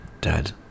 Dad